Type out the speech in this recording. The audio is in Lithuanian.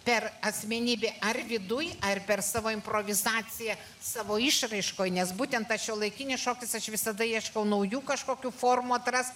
per asmenybę ar viduj ar per savo improvizaciją savo išraiškoj nes būtent tas šiuolaikinis šokis aš visada ieškau naujų kažkokių formų atras